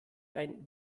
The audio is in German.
ein